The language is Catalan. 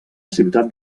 ciutat